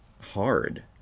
hard